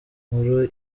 nkuru